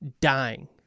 dying